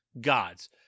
Gods